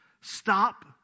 stop